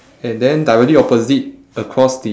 and then directly opposite across the